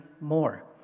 more